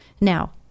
Now